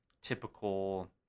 typical